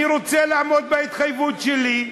אני רוצה לעמוד בהתחייבות שלי.